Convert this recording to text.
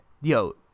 yo